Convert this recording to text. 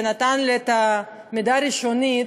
שנתנה לי את המידע הראשוני,